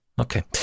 Okay